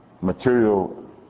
material